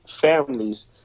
families